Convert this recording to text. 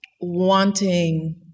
wanting